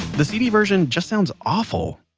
the cd version just sounds awful.